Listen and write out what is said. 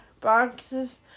boxes